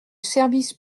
service